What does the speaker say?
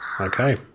Okay